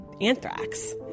anthrax